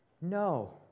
No